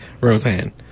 roseanne